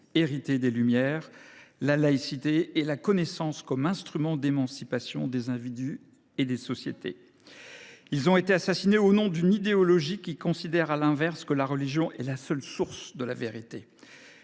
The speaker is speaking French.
héritée des Lumières, la laïcité et la connaissance comme instrument d’émancipation des individus et des sociétés. Ils ont été assassinés au nom d’une idéologie qui considère, à l’inverse, que la religion est la seule source de la vérité.